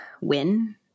win